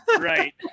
right